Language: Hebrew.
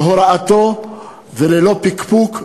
בהוראתו וללא פקפוק,